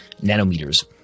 nanometers